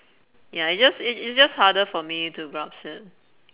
ya it just it it's just harder for me to grasp it